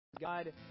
God